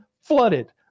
flooded